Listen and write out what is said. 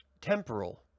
Temporal